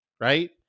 right